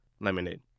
lemonade